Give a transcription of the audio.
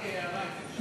רק הערה אם אפשר,